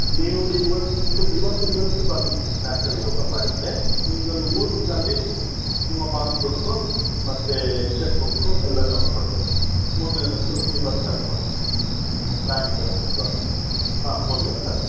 ನೀವು ಇವತ್ ಇವತ್ ಇವತ್ತಿಗೆ ಬಂದು ಬ್ಯಾಂಕಲ್ಲಿ ಓಪನ್ ಮಾಡಿದರೆ ನಿಮಗೊಂದು ಮೂರು ದಿನದಲ್ಲಿ ನಿಮ್ಮ ಪಾಸ್ಬುಕ್ ಮತ್ತು ಚೆಕ್ಬುಕ್ ಎಲ್ಲ ನಾವು ಕೊಡ್ತೇವೆ ಮೂರು ದಿನ ಬಂದು ನೀವು ಬಂದು ಕಲೆಕ್ಟ್ ಮಾಡಬಹುದು ಬ್ಯಾಂಕ್ ಅಕೌಂಟ್ ಹಾಂ ಮೂರು ದಿನ ಸಾಕು